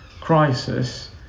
crisis